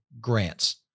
grants